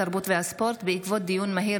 התרבות והספורט בעקבות דיון מהיר